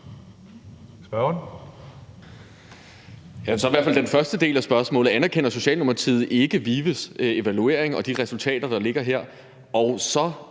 spørger dem